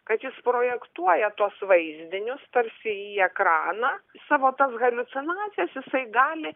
kad jis projektuoja tuos vaizdinius tarsi į ekraną savo tas haliucinacijas jisai gali